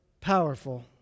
powerful